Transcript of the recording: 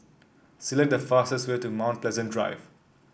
select the fastest way to Mount Pleasant Drive